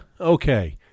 okay